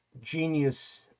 genius